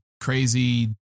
Crazy